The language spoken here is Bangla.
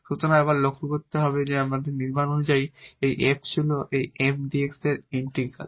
সুতরাং শুধু আবার লক্ষ্য করতে হবে যে আমাদের নির্মাণ অনুসারে এই f ছিল এই MDx এর ইন্টিগ্রাল